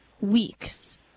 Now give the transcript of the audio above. weeks